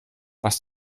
was